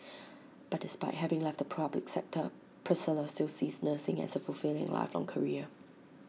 but despite having left the public sector Priscilla still sees nursing as A fulfilling and lifelong career